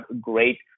great